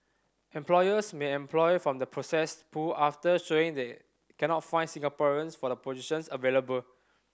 employers may employ from the processed pool after showing they cannot find Singaporeans for the positions available